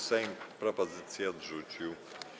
Sejm propozycje odrzucił.